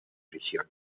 prisión